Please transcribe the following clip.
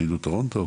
ידידות טורונטו,